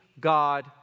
God